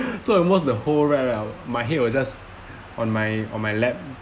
so almost the whole ride right my head was just on my on my leg